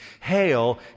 Hail